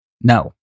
No